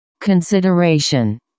Consideration